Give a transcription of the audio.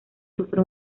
sufre